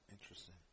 interesting